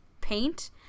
paint